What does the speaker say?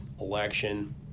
election